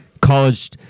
college